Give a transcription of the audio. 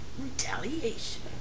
Retaliation